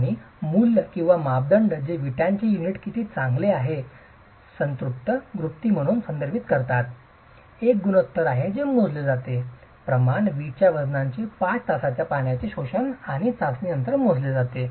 आणि मूल्य किंवा मापदंड जे विटांचे युनिट किती चांगले संतृप्ति गुणांक म्हणून संदर्भित करतात ते दर्शवितात एक गुणोत्तर आहे जे मोजले जाते जे प्रमाण वीटच्या वजनाने 5 तासांच्या पाण्याचे शोषण चाचणी नंतर मोजले जाते